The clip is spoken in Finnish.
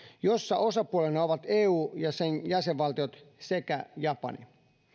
jossa osapuolina ovat eu ja sen jäsenvaltiot sekä japani